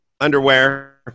Underwear